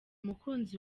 mukunzi